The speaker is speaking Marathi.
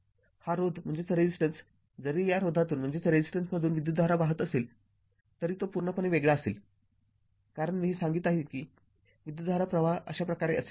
हा रोध जरी या रोधातून विद्युतधारा वाहत असेल तरी तो पूर्णपणे वेगळा असेल कारण मी हे सांगत आहे कि विद्युतधारा प्रवाह अशाप्रकारे असेल